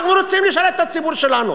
אנחנו רוצים לשרת את הציבור שלנו.